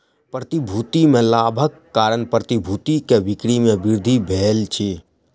प्रतिभूति में लाभक कारण प्रतिभूति के बिक्री में वृद्धि भेल अछि